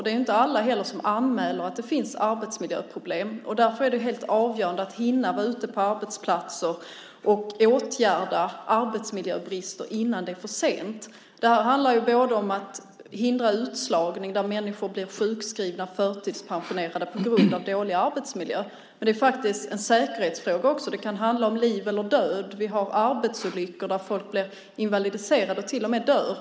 Det är inte heller alla som anmäler att det finns arbetsmiljöproblem. Därför är det helt avgörande att hinna vara ute på arbetsplatser och åtgärda arbetsmiljöbrister innan det är för sent. Det handlar om att hindra utslagning, att människor blir sjukskrivna och förtidspensionerade på grund av dålig arbetsmiljö. Men det är faktiskt också en säkerhetsfråga. Det kan handla om liv eller död. Det förekommer arbetsplatsolyckor där folk blir invalidiserade eller till och med dör.